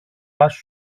πας